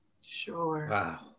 Sure